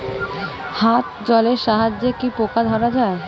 হাত জলের সাহায্যে কি পোকা ধরা যায়?